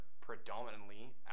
predominantly